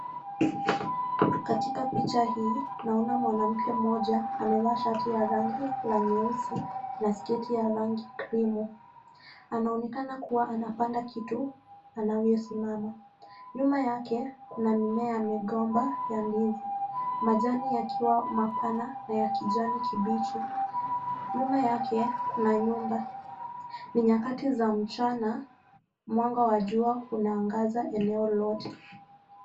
Katika picha hii naona mwanamke mmoja amevaa shati ya rangi la nyeusi na sketi ya rangi creamu. Anaonekana kuwa anapanda kitu anavyosimama. Nyuma yake kuna mimea migomba ya ndizi. Majani yakiwa mapana na ya kijani kibichi. Nyuma yake kuna nyumba. Ni nyakati za mchana mwangaza wa jua unaangaza eneo lote.